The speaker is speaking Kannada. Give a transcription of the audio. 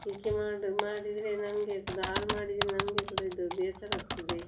ಹೀಗೆ ಮಾಡು ಮಾಡಿದರೆ ನಮಗೆ ಕೂಡ ಹಾಳು ಮಾಡಿದರೆ ನಮಗೆ ಕೂಡ ಇದು ಬೇಸರಾಗ್ತದೆ